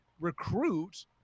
recruit